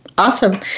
Awesome